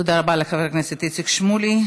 תודה רבה לחבר הכנסת איציק שמולי.